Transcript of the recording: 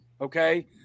okay